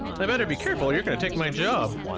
i better be careful, you're gonna take my job.